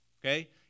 Okay